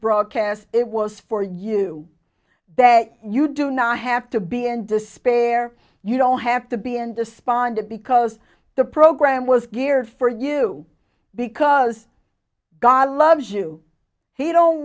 broadcast it was for you that you do not have to be in despair you don't have to be an despondent because the program was geared for you because god loves you he don't